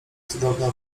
cudowna